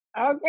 Okay